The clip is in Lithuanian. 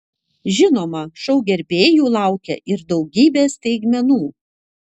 žinoma šou gerbėjų laukia ir daugybė staigmenų